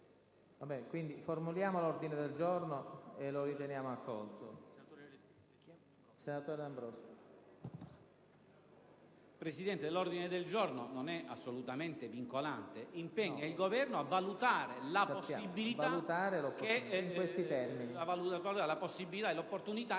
Presidente, l'ordine del giorno non è assolutamente vincolante: impegna il Governo a valutare la possibilità o l'opportunità